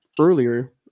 earlier